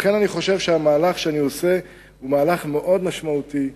לכן אני חושב שהמהלך שאני עושה הוא מהלך מאוד משמעותי,